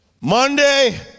Monday